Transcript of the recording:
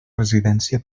residència